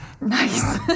Nice